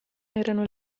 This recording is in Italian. erano